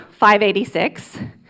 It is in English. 586